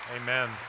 Amen